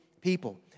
people